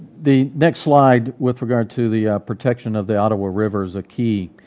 the next slide with regard to the protection of the ottawa river is a key